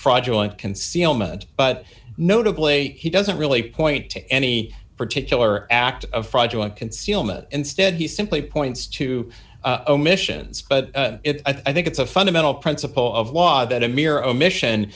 fraudulent concealment but notably he doesn't really point to any particular act of fraudulent concealment instead he simply points to omissions but i think it's a fundamental principle of law that a mere omission